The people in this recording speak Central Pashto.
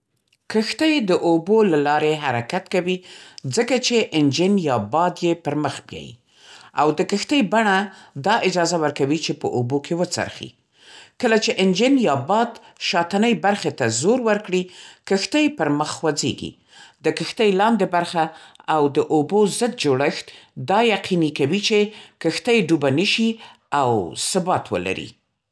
کښتۍ د اوبو له لارې حرکت کوي ځکه چې انجن یا باد یې پر مخ بیایي، او د کښتۍ بڼه دا اجازه ورکوي چې په اوبو کې وڅرخي. کله چې انجن یا باد شاتنۍ برخې ته زور ورکړي، کښتۍ پر مخ خوځېږي. د کښتۍ لاندې برخه او د اوبو ضد جوړښت دا یقیني کوي چې کښتۍ ډوبه نه شي او ثبات ولري.